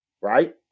right